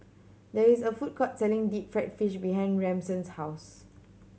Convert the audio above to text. there is a food court selling deep fried fish behind Ransom's house